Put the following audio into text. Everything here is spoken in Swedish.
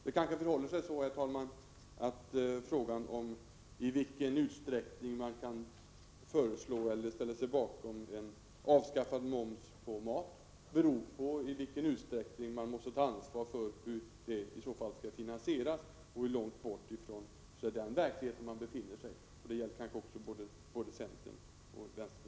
Det kanske förhåller sig så att frågan om i hur hög grad man kan ställa sig bakom förslag om ett avskaffande av moms på mat beror på i vilken utsträckning man måste ta ansvar för hur detta i så fall skall finansieras, dvs. hur långt bort ifrån den verkligheten man befinner sig. Det — Prot. 1987/88:77 gäller nog också både centerpartiet och vänsterpartiet kommunisterna.